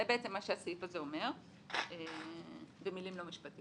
זה בעצם מה שהסעיף הזה אומר במילים לא משפטיות.